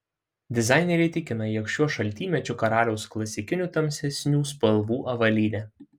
dizaineriai tikina jog šiuo šaltymečiu karaliaus klasikinių tamsesnių spalvų avalynė